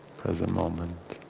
as a moment